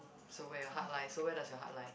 so where your heart lie so where does your heart lie